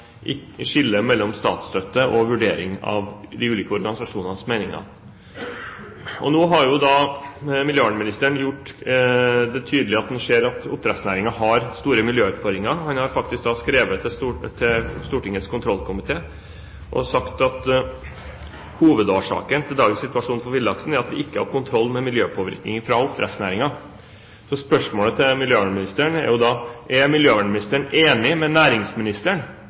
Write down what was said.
mellom statsstøtte og vurdering av de ulike organisasjonenes meninger. Nå har miljøvernministeren gjort det tydelig at han ser at oppdrettsnæringen har store miljøutfordringer. Han har faktisk skrevet til Stortingets kontroll- og konstitusjonskomité og sagt at hovedårsaken til dagens situasjon for villaksen er at vi ikke har kontroll med miljøpåvirkningen fra oppdrettsnæringen. Spørsmålene til miljøvernministeren blir da: Er miljøvernministeren enig med næringsministeren,